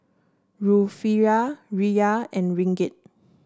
Rufiyaa Riyal and Ringgit